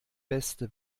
beste